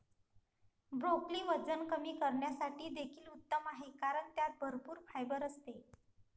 broccoli वजन कमी करण्यासाठी देखील उत्तम आहे कारण त्यात भरपूर फायबर असते